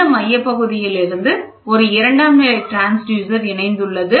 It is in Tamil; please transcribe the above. இந்த மையப் பகுதியிலிருந்து ஒரு இரண்டாம் நிலை டிரான்ஸ்யூசர் இணைந்து உள்ளது